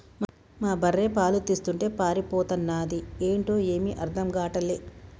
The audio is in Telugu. మా బర్రె పాలు తీస్తుంటే పారిపోతన్నాది ఏంటో ఏమీ అర్థం గాటల్లే